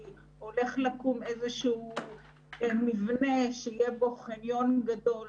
או איזשהו מבנה שיהיה בו חניון גדול,